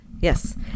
Yes